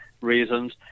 reasons